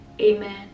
amen